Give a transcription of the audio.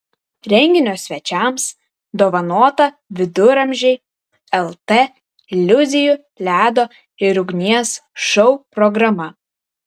renginio svečiams dovanota viduramžiai lt iliuzijų ledo ir ugnies šou programa